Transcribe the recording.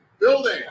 building